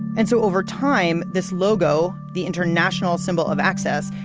and so over time, this logo, the international symbol of access,